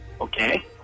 Okay